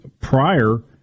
prior